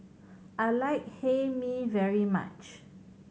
I like Hae Mee very much